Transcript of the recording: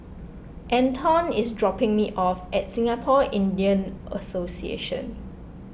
Anton is dropping me off at Singapore Indian Association